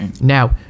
Now